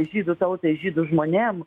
žydų tautai žydų žmonėm